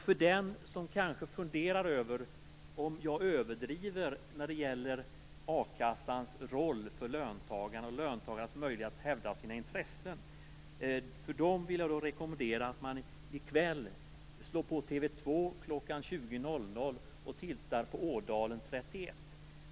För dem som funderar över om jag överdriver a-kassans roll för löntagarna och löntagarnas möjligheter att hävda sina intressen, vill jag rekommendera att i kväll slå på TV 2 kl. 20.00 och tittar på Ådalen 31.